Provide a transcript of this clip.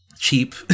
cheap